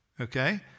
Okay